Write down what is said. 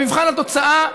במבחן התוצאה,